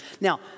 Now